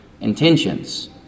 intentions